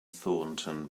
thornton